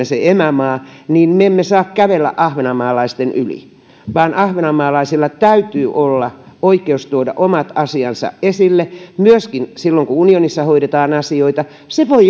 se emämaa niin me emme saa kävellä ahvenanmaalaisten yli vaan ahvenanmaalaisilla täytyy olla oikeus tuoda omat asiansa esille myöskin silloin kun unionissa hoidetaan asioita se voi